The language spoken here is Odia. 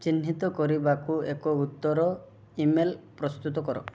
ଚିହ୍ନିତ କରିବାକୁ ଏକ ଉତ୍ତର ଇମେଲ୍ ପ୍ରସ୍ତୁତ କର